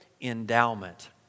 endowment